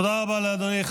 תודה רבה לאדוני.